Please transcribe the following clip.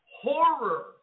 horror